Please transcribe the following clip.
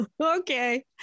okay